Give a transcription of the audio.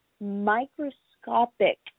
microscopic